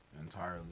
Entirely